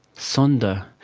sonder.